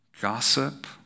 Gossip